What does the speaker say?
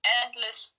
endless